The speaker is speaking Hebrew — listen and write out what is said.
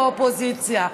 או האופוזיציה.